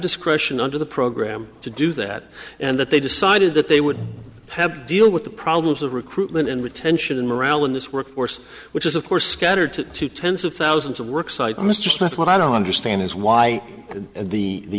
discretion under the program to do that and that they decided that they would have deal with the problems of recruitment and retention and morale in this workforce which is of course scattered to two tens of thousands of work sites mr smith what i don't understand is why the